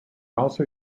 also